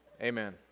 Amen